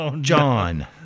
John